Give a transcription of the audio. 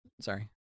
Sorry